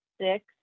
six